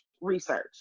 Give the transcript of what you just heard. research